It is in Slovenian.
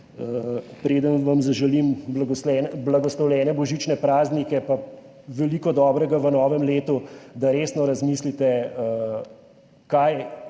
preden vam zaželim blagoslovljene božične praznike pa veliko dobrega v novem letu, da resno razmislite, kaj